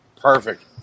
Perfect